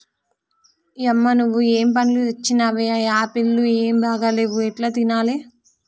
యమ్మ నువ్వు ఏం పండ్లు తెచ్చినవే ఆ యాపుళ్లు ఏం బాగా లేవు ఎట్లా తినాలే